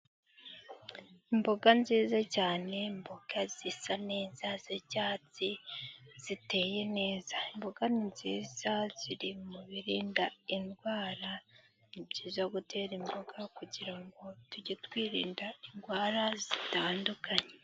Imboga nziza cyane mboga zisa neza z'icyatsi ziteye neza, imboga nziza ziri mu birinda indwara. Ni byiza gutera imboga kugira ngo tujye twirinda indwara zitandukanye.